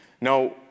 Now